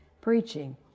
preaching